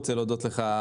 אני רוצה להודות לך,